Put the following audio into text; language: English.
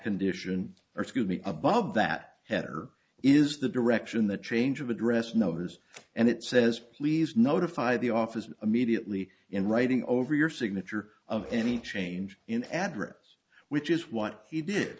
condition or to be above that at or is the direction the change of address notice and it says please notify the office immediately in writing over your signature of any change in address which is what he did